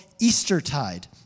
Eastertide